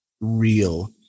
real